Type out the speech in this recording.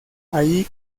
allí